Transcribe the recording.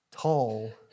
tall